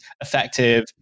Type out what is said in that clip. effective